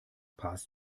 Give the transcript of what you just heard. passt